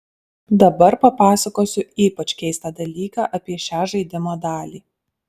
dabar papasakosiu ypač keistą dalyką apie šią žaidimo dalį